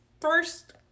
first